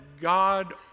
God